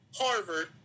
Harvard